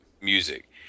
music